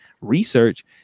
research